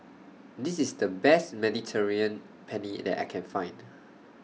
This IS The Best Mediterranean Penne that I Can Find